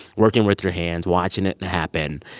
working with your hands, watching it and happen.